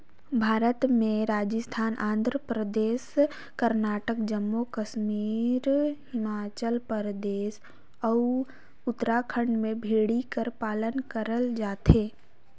भारत में राजिस्थान, आंध्र परदेस, करनाटक, जम्मू कस्मी हिमाचल परदेस, अउ उत्तराखंड में भेड़ी कर पालन करल जाथे